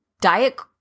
diet